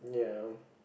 ya